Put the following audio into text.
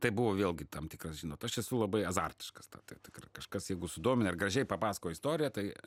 tai buvo vėlgi tam tikras žinot aš esu labai azartiškas ta ta ta kažkas jeigu sudomina ir gražiai papasakoja istoriją tai